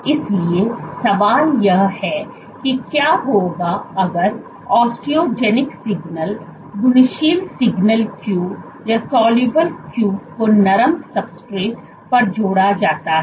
इसलिए सवाल यह है कि क्या होगा अगर ओस्टोजेनिक सिग्नल घुलनशील क्यू को नरम सब्सट्रेट पर जोड़ा जाता है